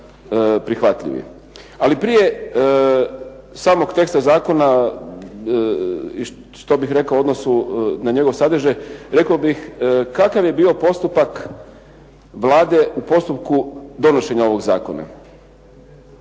Ali prije samog teksta zakona što bih rekao u odnosu na njegov sadržaj, rekao bih kakav je bio postupak Vlade u postupku donošenja ovog zakona